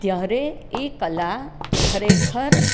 ત્યારે એ કલા ખરેખર